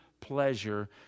pleasure